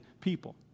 people